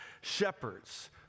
shepherds